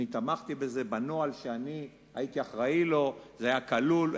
תמכתי בזה בנוהל שהייתי אחראי לו, וזה היה כלול.